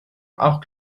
auch